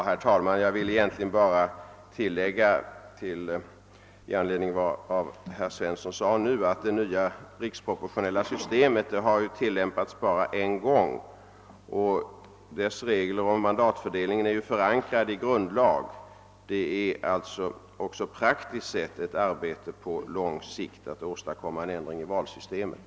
Herr talman! Jag vill bara tillägga, i anledning av vad herr Svensson sade nyss, att det nya riksproportionella systemet har tillämpats bara en gång och att dess regler om mandatfördelningen är förankrade i grundlag. Det är alltså också — praktiskt sett — ett arbete på lång sikt att åstadkomma en ändring av valsystemet.